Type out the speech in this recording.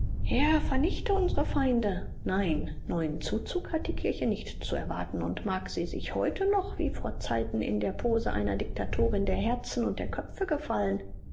herr vernichte unsere feinde nein neuen zuzug hat die kirche nicht zu erwarten und mag sie sich heute noch wie vor zeiten in der pose einer diktatorin der herzen und der köpfe gefallen